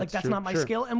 like that's not my skill. and